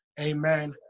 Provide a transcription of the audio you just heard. Amen